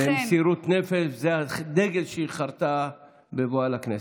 מסירות נפש זה מה שהיה חרתה על דגלה בבואה לכנסת.